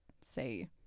say